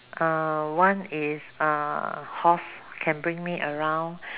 uh one is uh horse can bring me around